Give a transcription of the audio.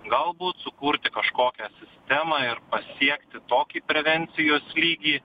galbūt sukurti kažkokią sistemą ir pasiekti tokį prevencijos lygį